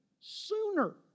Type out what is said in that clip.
sooner